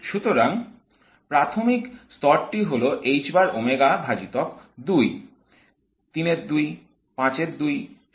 সুতরাং প্রাথমিক স্তরটি হল h বার ওমেগা ভাজিতক 2 3 এর 2 5 এর 2 7 এর 2 9 এর 2